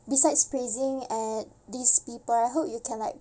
besides praising at these people I hope you can like